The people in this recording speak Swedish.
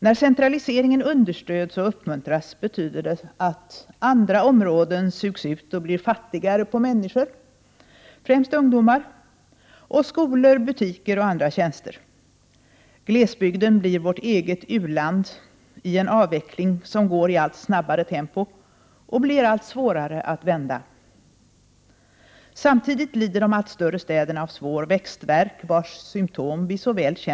När centraliseringen till ett område understöds och uppmuntras sugs andra områden ut och blir fattigare på både människor — främst ungdomar — och skolor, butiker och andra tjänster. Glesbygden blir vårt eget u-land i en avveckling som går i ett allt snabbare tempo och som det blir allt svårare att vända. Samtidigt lider de allt större städerna av svår växtvärk. Symtomen känner vi ju såväl till.